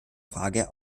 frage